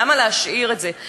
למה להשאיר את זה?